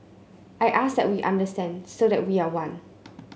I ask that we understand so that we are one